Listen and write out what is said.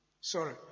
sorry